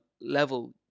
level